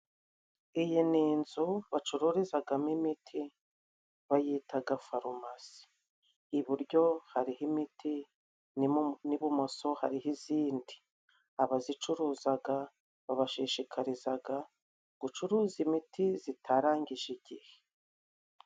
Iyi ni inzu bacururizagamo imiti bayitaga farumasi, iburyo hariho imiti n'ibumoso hariho izindi. Abazicuruzaga babashishikarizaga gucuruza imiti zitarangije igihe.